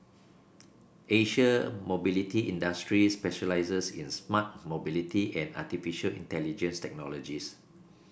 Asia Mobility Industries specialises in smart mobility and artificial intelligence technologies